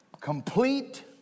complete